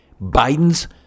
Biden's